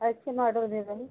अच्छे मॉडल दे रहे हैं